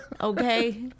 Okay